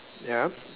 ya